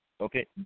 Okay